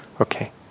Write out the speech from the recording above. okay